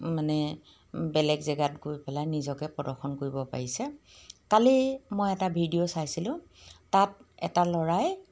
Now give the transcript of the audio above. মানে বেলেগ জেগাত গৈ পেলাই নিজকে প্ৰদৰ্শন কৰিব পাৰিছে কালি মই এটা ভিডিঅ' চাইছিলোঁ তাত এটা ল'ৰাই